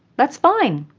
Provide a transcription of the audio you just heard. that's fine.